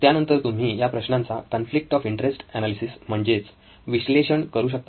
त्यानंतर तुम्ही या प्रश्नांचा कॉन्फ्लिक्ट ऑफ इंटरेस्ट एनालिसिस म्हणजेच विश्लेषण करू शकता